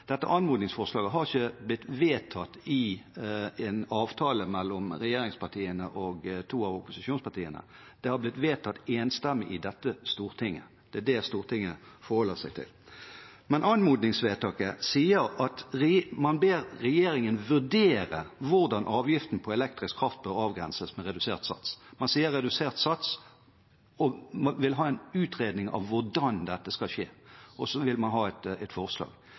Dette anmodningsforslaget har ikke blitt vedtatt i en avtale mellom regjeringspartiene og to av opposisjonspartiene, det har blitt vedtatt enstemmig i dette storting. Det er det Stortinget forholder seg til. Men i anmodningsvedtaket ber man regjeringen vurdere hvordan avgiften på elektrisk kraft bør avgrenses med redusert sats. Man sier «redusert sats», og man vil ha en utredning av hvordan dette skal skje. Og så vil man ha et forslag. Vi mener at dette målet er klart. La oss få et sånt forslag